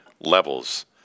levels